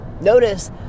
Notice